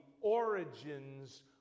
origins